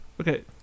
Okay